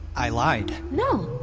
i lied no.